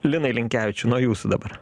linai linkevičiau nuo jūsų dabar